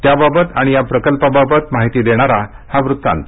त्याबाबत आणि या प्रकल्पाबाबत माहिती देणारा हा वृत्तांत